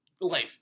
life